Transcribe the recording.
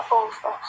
over